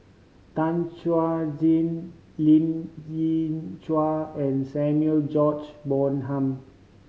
Tan Chuan Jin Lien Ying Chow and Samuel George Bonham